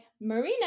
Marina